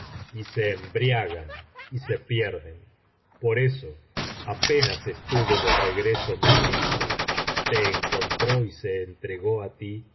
y se embriagan y se pierden por eso apenas estuvo de regreso mi hija te encontró y se entregó á ti